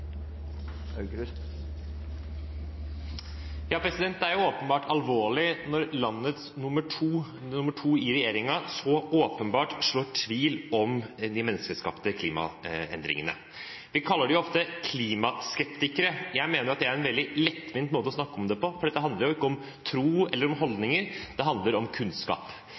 alvorlig når nummer to i regjeringen så åpenbart sår tvil om de menneskeskapte klimaendringene. Vi kaller dem ofte klimaskeptikere. Jeg mener det er en veldig lettvint måte å snakke om det på, for dette handler jo ikke om tro eller holdninger – det handler om kunnskap.